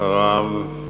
אחריו,